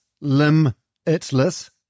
Limitless